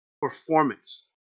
Performance